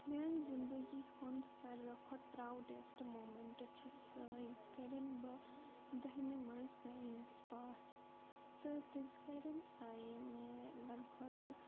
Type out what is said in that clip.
میٛانہِ زِندگی ہُنٛد ساروٕیو کھۄتہٕ پروڈٮ۪سٹ موٗمٮ۪نٹ چھِ سَہ یِژ کَرٮ۪ن بہٕ دٔہمہِ منٛز گٔیَس پاس تہٕ تِژ کَرٮ۪ن آیے مےٚ لگ بگ